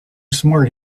smart